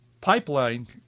Pipeline